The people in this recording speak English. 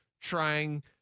trying